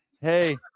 hey